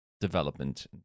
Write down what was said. development